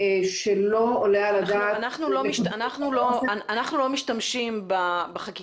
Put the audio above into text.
שלא עולה על הדעת --- אנחנו לא משתמשים בחקיקה